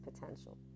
potential